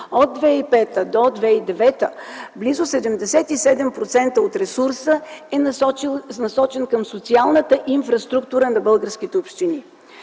От 2005 г. до 2009 г. близо 77% от ресурса е насочен към социалната инфраструктура на българските общини.